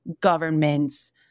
governments